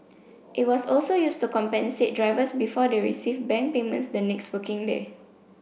it was also used to compensate drivers before they received bank payments the next working day